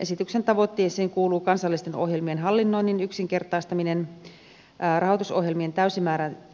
esityksen tavoitteisiin kuuluu kansallisten ohjelmien hallinnoinnin yksinkertaistaminen rahoitusohjelmien